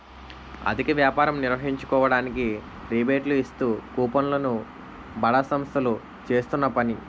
అధిక వ్యాపారం నిర్వహించుకోవడానికి రిబేట్లు ఇస్తూ కూపన్లు ను బడా సంస్థలు చేస్తున్న పని